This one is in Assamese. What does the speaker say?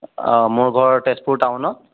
মোৰ ঘৰ তেজপুৰ টাউনত